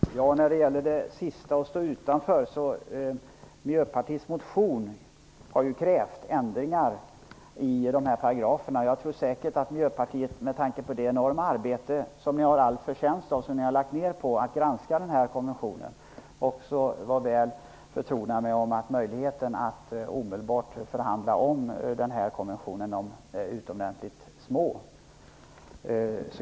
Herr talman! När det gäller det sista som Bodil Francke Ohlsson tog upp, att stå utanför, så har ju Miljöpartiet i sin motion krävt ändringar i dessa paragrafer. Jag tror säkert att man i Miljöpartiet med tanke på det enorma arbete som man har all förtjänst av att ha lagt ned på att granska den här konventionen också är väl förtrogen med att möjligheterna att omedelbart förhandla om den konventionen är utomordentligt små.